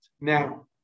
Now